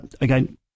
again